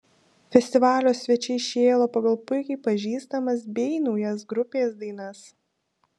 festivalio svečiai šėlo pagal puikiai pažįstamas bei naujas grupės dainas